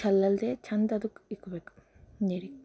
ಚಲ್ಲಲ್ದೆ ಚೆಂದ ಅದಕ್ಕೆ ಇಡ್ಬೇಕು ನೀರು